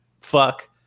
fuck